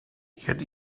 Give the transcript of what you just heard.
yet